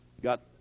got